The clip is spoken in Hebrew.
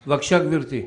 בבקשה, גברתי.